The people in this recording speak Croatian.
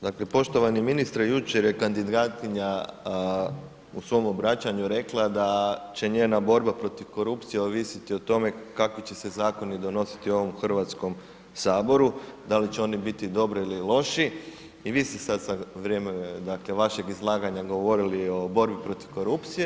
Dakle poštovani ministre, jučer je kandidatkinja u svom obraćanju rekla da će njena borba protiv korupcije ovisiti o tome kakvi će se zakoni donositi u ovom Hrvatskom saboru, da li će oni biti dobri ili loši i vi ste sad za vrijeme, dakle vašeg izlaganja govorili o borbi protiv korupcije.